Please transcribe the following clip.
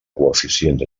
coeficients